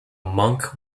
monk